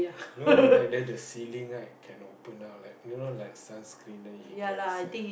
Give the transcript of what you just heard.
no like that the ceiling right can open up like you know like sunscreen then you can save